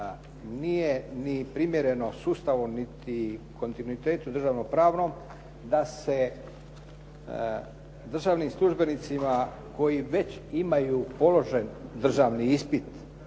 nije ni primjereno sustavu niti kontinuitetu državno-pravnom da se državnim službenicima koji već imaju položen državni ispit